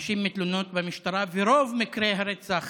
נשים מתלוננות במשטרה ורוב מקרי הרצח